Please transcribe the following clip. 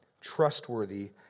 trustworthy